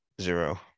zero